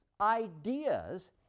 ideas